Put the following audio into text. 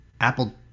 Apple